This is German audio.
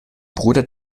bruder